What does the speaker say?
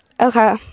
Okay